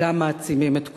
גם מעצימים את כוחה.